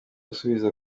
gusubiza